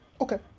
Okay